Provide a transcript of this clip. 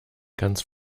ganz